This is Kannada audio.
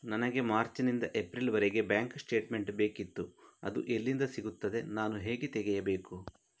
ನನಗೆ ಮಾರ್ಚ್ ನಿಂದ ಏಪ್ರಿಲ್ ವರೆಗೆ ಬ್ಯಾಂಕ್ ಸ್ಟೇಟ್ಮೆಂಟ್ ಬೇಕಿತ್ತು ಅದು ಎಲ್ಲಿಂದ ಸಿಗುತ್ತದೆ ನಾನು ಹೇಗೆ ತೆಗೆಯಬೇಕು?